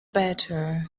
better